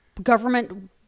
government